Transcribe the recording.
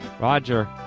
Roger